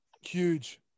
huge